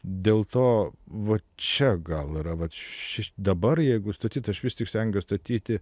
dėl to va čia gal yra vat dabar jeigu statyt aš vis tik stengiuos statyti